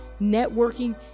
networking